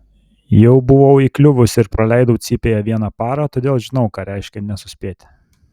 jau buvau įkliuvusi ir praleidau cypėje vieną parą todėl žinau ką reiškia nesuspėti